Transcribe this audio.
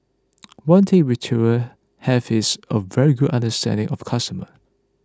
one thing retailer have is a very good understanding of customer